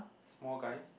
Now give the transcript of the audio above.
small guy